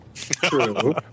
True